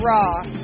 Raw